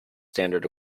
standard